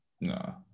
No